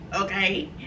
okay